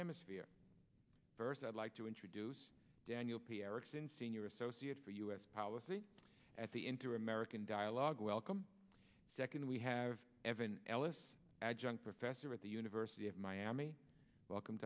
hemisphere first i'd like to introduce daniel p erickson senior associate for u s policy at the into american dialogue welcome second we have evan ellis adjunct professor at the university of miami welcome